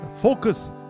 Focus